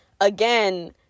again